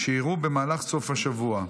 שאירעו במהלך סוף השבוע,